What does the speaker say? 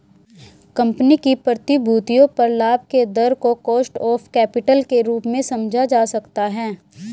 company की प्रतिभूतियों पर लाभ के दर को कॉस्ट ऑफ कैपिटल के रूप में समझा जा सकता है